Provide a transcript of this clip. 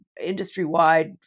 industry-wide